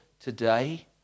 today